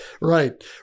Right